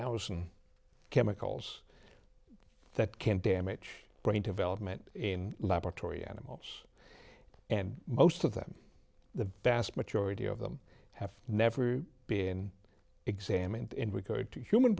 thousand chemicals that can damage brain development in laboratory animals and most of them the vast majority of them have never been examined in regard to human